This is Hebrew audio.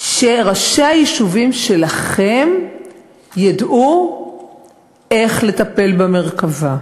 שראשי היישובים שלכם ידעו איך לטפל במרכב"ה,